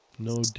No